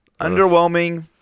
Underwhelming